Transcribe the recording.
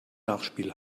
nachspiel